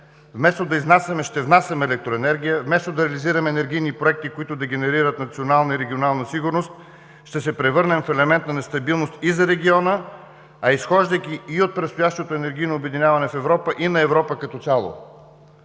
Вместо да изнасяме, ще внасяме електроенергия; вместо да реализираме енергийни проекти, които да генерират национална и регионална сигурност, ще се превърнем в елемент на нестабилност и за региона, а изхождайки и от предстоящото енергийно обединяване в Европа, и на Европа като цяло.